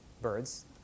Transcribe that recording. birds